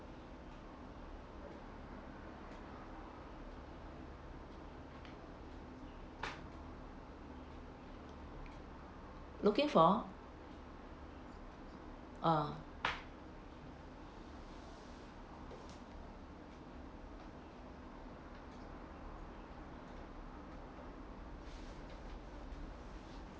looking for ah